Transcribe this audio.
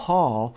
Paul